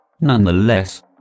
Nonetheless